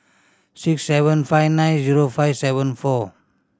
six seven five nine zero five seven four